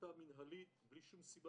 בהחלטה מינהלית בלי סיבה,